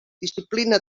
disciplina